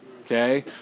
okay